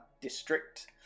district